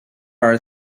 are